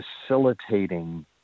facilitating